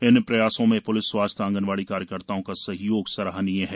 इन प्रयासों में लिस स्वास्थ्य ँगनवाड़ी कार्यकर्ताओं का सहयोग सराहनीय है